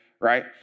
right